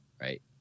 right